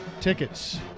tickets